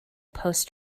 post